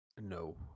No